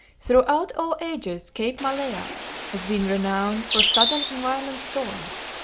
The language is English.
throughout all ages cape malea has been renowned for sudden and violent storms,